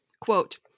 Quote